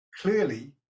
clearly